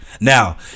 now